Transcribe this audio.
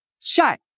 shut